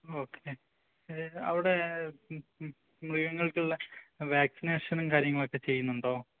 okay അവിടെ മൃഗങ്ങൾക്കുള്ള വാക്സിനേഷനും കാര്യങ്ങളൊക്കെ ചെയ്യുന്നുണ്ടോ